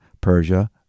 Persia